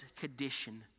condition